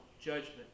judgment